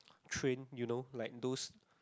train you know like those